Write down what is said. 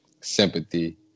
sympathy